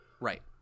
Right